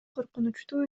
коркунучтуу